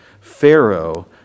Pharaoh